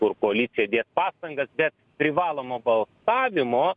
kur koalicija dės pastangas bet privalomo balsavimo